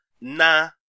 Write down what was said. Nah